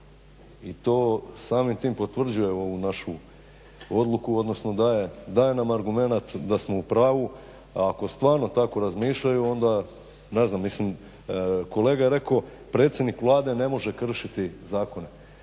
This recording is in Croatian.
i to samim tim potvrđuje ovu našu odluku, odnosno daje nam argumenat da smo u pravu, a ako stvarno tako razmišljaju onda, ne znam mislim kolega je rekao predsjednik Vlade ne može kršiti zakone.